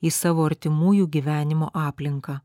į savo artimųjų gyvenimo aplinką